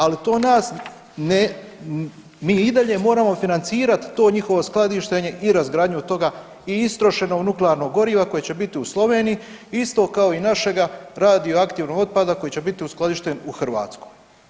Ali to nas, mi i dalje moramo financirati to njihovo skladištenje i razgradnju toga i istrošenog nuklearnog goriva koje će biti u Sloveniji isto kao i našega radioaktivnog otpada koji će biti uskladišten u Hrvatskoj.